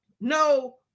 no